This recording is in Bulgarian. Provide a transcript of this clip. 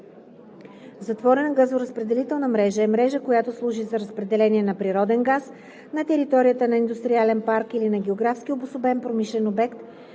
„Затворена газоразпределителна мрежа“ е мрежа, която служи за разпределение на природен газ на територията на индустриален парк или на географски обособен промишлен обект,